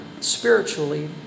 spiritually